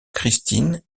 christine